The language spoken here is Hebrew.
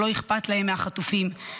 שלא אכפת להם מהחטופים.